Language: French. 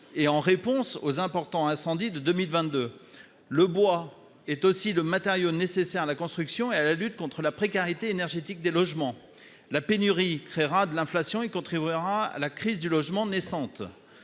que nous avons connus en 2022 ? Le bois est aussi le matériau nécessaire à la construction et à la lutte contre la précarité énergétique des logements. La pénurie créera de l'inflation et contribuera à la crise du logement naissante.